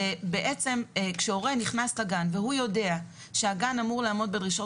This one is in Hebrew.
ובעצם כשהורה נכנס לגן והוא יודע שהגן אמור לעמוד בדרישות